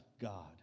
God